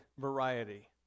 variety